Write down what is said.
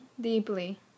Deeply